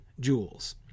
joules